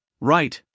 right